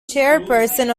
chairperson